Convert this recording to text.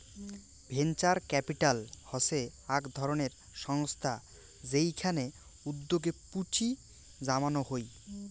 venture capital হসে আক ধরণের সংস্থা যেইখানে উদ্যোগে পুঁজি জমানো হই